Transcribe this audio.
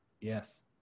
Yes